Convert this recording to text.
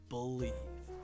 Believe